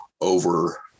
over